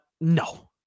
no